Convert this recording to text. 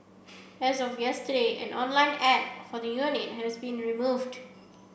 as of yesterday an online ad for the unit has been removed